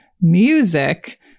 music